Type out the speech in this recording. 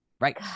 Right